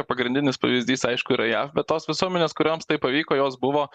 pagrindinis pavyzdys aišku yra jav bet tos visuomenės kurioms tai pavyko jos buvo